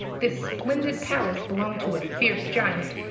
this splendid palace belonged to a fierce giant,